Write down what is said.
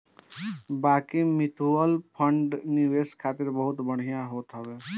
बाकी mutual fund निवेश खातिर बहुते बढ़िया होत हवे